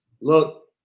Look